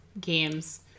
games